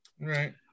Right